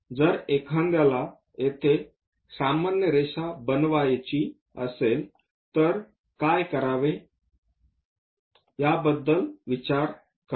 जर एखाद्याला येथे सामान्य रेषा बनवायचे असेल तर काय करावे याबद्दल विचार करा